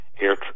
air